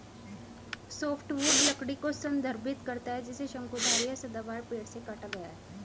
softwood लकड़ी को संदर्भित करता है जिसे शंकुधारी या सदाबहार पेड़ से काटा गया है